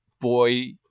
boy